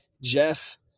Jeff